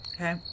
Okay